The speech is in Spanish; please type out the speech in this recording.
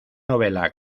novela